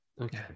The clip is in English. Okay